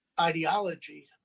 ideology